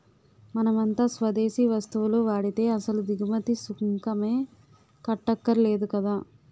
మనమంతా స్వదేశీ వస్తువులు వాడితే అసలు దిగుమతి సుంకమే కట్టక్కర్లేదు కదా